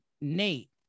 Nate